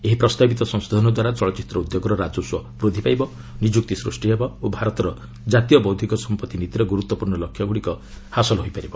ଏହି ପ୍ରସ୍ତାବିତ ସଂଶୋଧନ ଦ୍ୱାରା ଚଳଚ୍ଚିତ୍ର ଉଦ୍ୟୋଗର ରାଜସ୍ୱ ବୃଦ୍ଧି ପାଇବ ନିଯୁକ୍ତି ସୃଷ୍ଟି ହେବ ଓ ଭାରତର ଜାତୀୟ ବୌଦ୍ଧିକ ସମ୍ପତ୍ତି ନୀତିର ଗୁରୁତ୍ୱପୂର୍ଣ୍ଣ ଲକ୍ଷ୍ୟଗୁଡ଼ିକ ହାସଲ ହୋଇପାରିବ